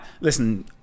listen